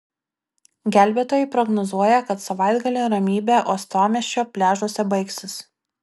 gelbėtojai prognozuoja kad savaitgalį ramybė uostamiesčio pliažuose baigsis